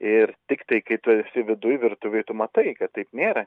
ir tiktai kai tu esi viduj virtuvėj tu matai kad taip nėra